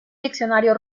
diccionario